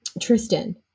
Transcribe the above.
Tristan